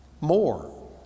more